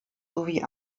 sowie